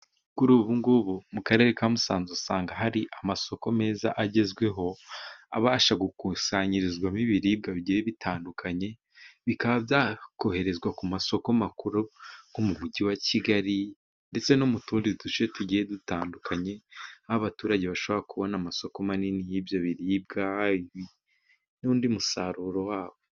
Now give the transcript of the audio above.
Kuri ubu ngubu mu Karere ka Musanze, usanga hari amasoko meza agezweho abasha gukusanyirizwamo ibiribwa bigiye bitandukanye, bikanoherezwa ku masoko makuru nko mu mujyi wa kigali, ndetse no mu tundi duce tugiye dutandukanye. Nk'abaturage bashobora kubona amasoko manini y'ibyo biribwa n'undi musaruro wabo.